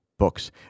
Books